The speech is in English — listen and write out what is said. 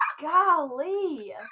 Golly